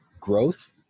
growth